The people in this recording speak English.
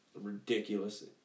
ridiculous